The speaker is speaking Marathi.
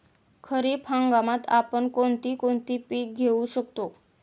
खरीप हंगामात आपण कोणती कोणती पीक घेऊ शकतो?